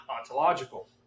ontological